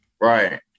Right